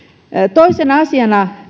toisena asiana